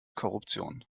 korruption